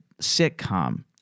sitcom